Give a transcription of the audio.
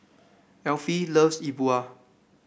Elfie loves E Bua